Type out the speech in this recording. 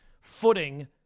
footing